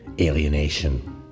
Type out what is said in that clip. alienation